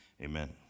amen